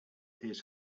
his